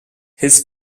his